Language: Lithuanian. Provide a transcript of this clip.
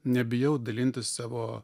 nebijau dalintis savo